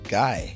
guy